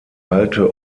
alte